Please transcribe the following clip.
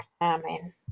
Amen